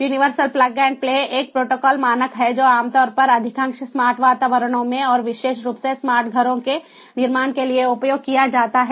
universal plug and play एक protocol मानक है जो आमतौर पर अधिकांश स्मार्ट वातावरणों में और विशेष रूप से स्मार्ट घरों के निर्माण के लिए उपयोग किया जाता है